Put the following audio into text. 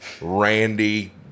Randy